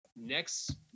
next